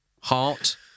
Heart